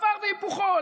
דבר והיפוכו.